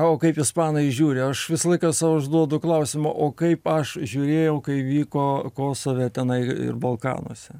o kaip ispanai žiūri aš visą laiką sau užduodu klausimą o kaip aš žiūrėjau kai vyko kosove tenai ir balkanuose